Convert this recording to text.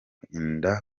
inda